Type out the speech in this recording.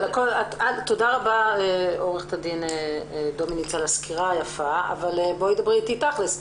תודה רבה עורכת הדין דומיניץ על הסקירה היפה אבל בואי דברי איתי תאכלס.